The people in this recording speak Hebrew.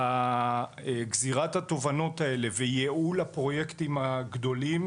גזירת התובנות האלה וייעול הפרויקטים הגדולים